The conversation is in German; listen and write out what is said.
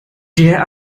der